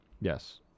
Yes